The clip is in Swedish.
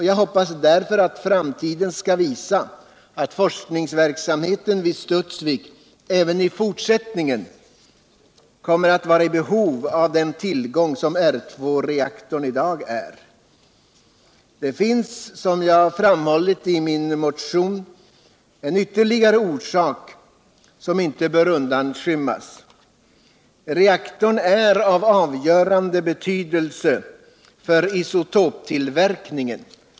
Jag hoppas därför att framtiden skall visa att forskningsverksamheten vid Studsvik även i fortsättningen kommer att vara i behov av den tillgång som R2-reaktorn 1 dag är. Det finns. som jag också framhållit i min motion. ytterligare en orsak som Energiforskning, inte bör undanskymmas. Reaktorn är av avgörande betydelse för isotoptillverkningen.